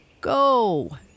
Go